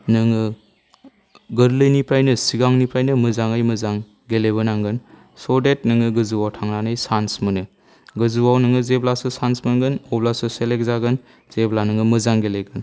नोङो गोरलैनिफ्रायनो सिगांनिफ्रायनो मोजाङै मोजां गेलेबोनांगोन स' डाट नोङो गोजौआव थांनानै सान्स मोनो गोजौआव नोङो जेब्लासो सान्स मोनगोन अब्लासो सेलेक्ट जागोन जेब्ला नोङो मोजां गेलेगोन